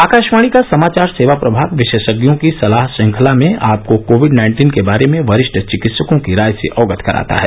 आकाशवाणी का समाचार सेवा प्रभाग विशेषज्ञों की सलाह श्रंखला में आपको कोविड नाइन्टीन के बारे में वरिष्ठ चिकित्सकों की राय से अवगत कराता है